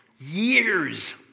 Years